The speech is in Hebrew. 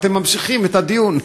ואתם ממשיכים את הדיון.